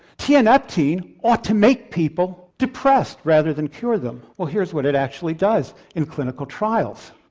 tianeptine ought to make people depressed rather than cure them. well here's what it actually does in clinical trials.